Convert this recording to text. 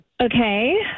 Okay